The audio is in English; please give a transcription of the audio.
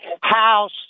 house